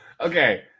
Okay